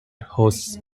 hosts